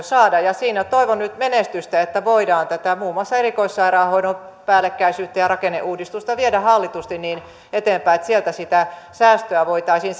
saada ja ja siinä toivon nyt menestystä että voidaan muun muassa tätä erikoissairaanhoidon päällekkäisyyttä ja rakenneuudistusta viedä hallitusti eteenpäin niin että sieltä sitä säästöä voitaisiin